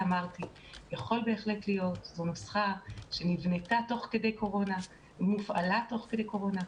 מדובר בנוסחה שנבנתה תוך כדי קורונה והופעלה תוך כדי קורונה.